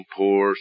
poor